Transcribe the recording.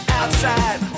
outside